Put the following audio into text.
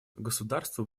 государству